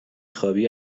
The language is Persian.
خوابی